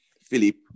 Philip